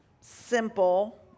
simple